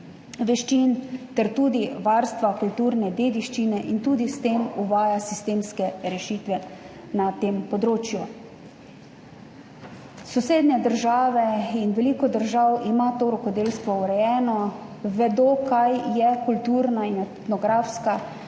ter tudi varstva kulturne dediščine, s tem pa uvaja tudi sistemske rešitve na tem področju. Sosednje države in veliko držav ima rokodelstvo urejeno, vedo, kaj je kulturna in etnografska dediščina.